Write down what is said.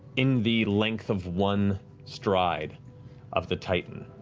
in the length of one stride of the titan,